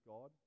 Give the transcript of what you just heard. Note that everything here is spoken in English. God